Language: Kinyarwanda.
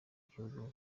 gihugu